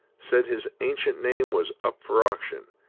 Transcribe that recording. said his ancient name was up for auction,